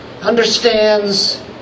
understands